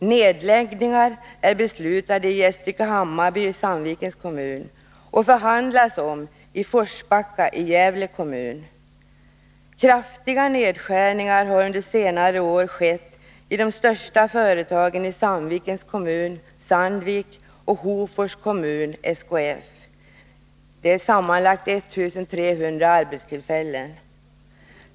Nedläggningar är beslutade i Gästrike-Hammarby i Sandvikens kommun, och det förhandlas om nedläggningar i Forsbacka i Gävle kommun. Kraftiga nedskärningar har under senare år skett i de största företagen i Sandvikens kommun och Hofors kommun — sammanlagt 1300 arbetstillfällen.